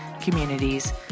communities